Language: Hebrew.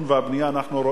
אנחנו רואים אותם,